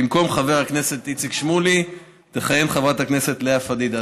במקום חבר הכנסת איציק שמולי תכהן חברת הכנסת לאה פדידה.